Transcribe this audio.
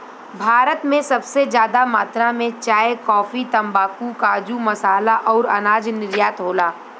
भारत से सबसे जादा मात्रा मे चाय, काफी, तम्बाकू, काजू, मसाला अउर अनाज निर्यात होला